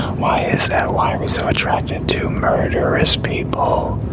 why is that? why are so attractive to murderous people?